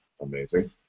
amazing